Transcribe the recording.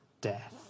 death